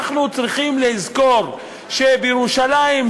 אנחנו צריכים לזכור שבירושלים,